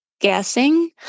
guessing